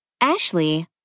Ashley